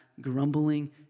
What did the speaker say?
grumbling